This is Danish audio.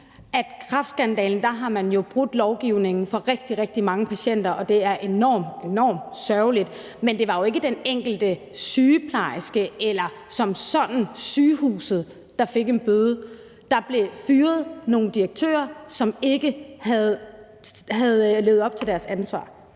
har brudt lovgivningen for rigtig, rigtig mange patienter, og det er enormt sørgeligt. Men det var jo ikke den enkelte sygeplejerske eller sygehuset som sådan, der fik en bøde. Der blev fyret nogle direktører, som ikke havde levet op til deres ansvar.